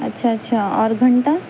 اچھا اچھا اور گھنٹہ